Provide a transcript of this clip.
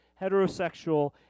heterosexual